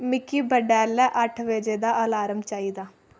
मिगी बडलै अट्ठ बजे दा अलार्म चाहिदा